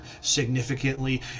significantly